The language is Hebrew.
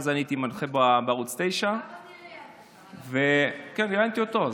הייתי מנחה בערוץ 9. ראיינת גם אותי.